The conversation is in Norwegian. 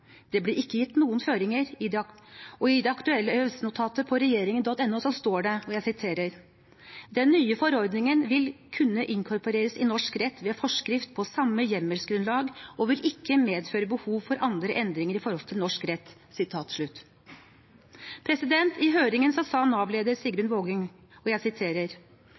Det ble ikke gitt noen føringer, og i det aktuelle EØS-notatet på regjeringen.no står det: «Den nye forordningen vil kunne inkorporeres i norsk rett ved forskrift på samme hjemmelsgrunnlag og vil ikke medføre behov for andre endringer i forhold til norsk rett.» I høringen sa Nav-leder Sigrun Vågeng: «I etterpåklokskapens lys er det lett å se at Nav har tolket forholdet mellom folketrygdloven og